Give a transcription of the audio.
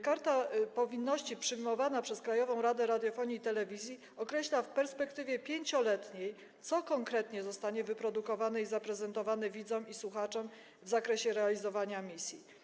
Karta powinności przyjmowana przez Krajową Radę Radiofonii i Telewizji określa w perspektywie 5-letniej, co konkretnie zostanie wyprodukowane i zaprezentowane widzom i słuchaczom w zakresie realizowania emisji.